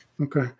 Okay